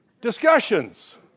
discussions